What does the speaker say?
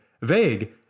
vague